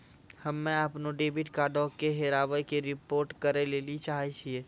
हम्मे अपनो डेबिट कार्डो के हेराबै के रिपोर्ट करै लेली चाहै छियै